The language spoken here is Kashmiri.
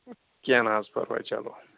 کیٚنٛہہ نہَ حظ پَرواے چلو